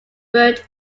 bird